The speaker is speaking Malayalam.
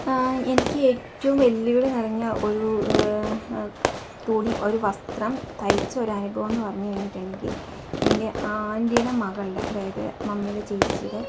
എനിക്ക് ഏറ്റവും വെല്ലുവിളി നിറഞ്ഞ ഒരു തുണി ഒരു വസ്ത്രം തയ്ച്ച ഒരനുഭവമെന്നു പറഞ്ഞു കഴിഞ്ഞിട്ടുണ്ടെങ്കിൽ ആൻ്റിയുടെ അതായത് മമ്മിയുടെ ചേച്ചിയുടെ